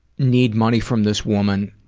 need money from this woman,